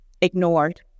ignored